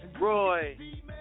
Roy